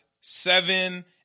seven